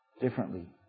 Differently